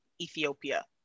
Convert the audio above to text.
Ethiopia